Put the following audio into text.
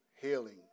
healing